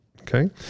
okay